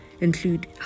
include